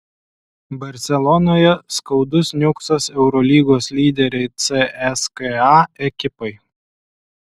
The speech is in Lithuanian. barselonoje skaudus niuksas eurolygos lyderei cska ekipai